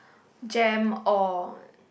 gem or